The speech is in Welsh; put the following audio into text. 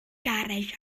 garej